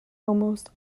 almost